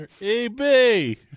AB